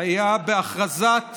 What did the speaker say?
היה בהכרזת